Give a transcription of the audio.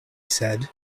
said